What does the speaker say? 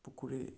পুকুরে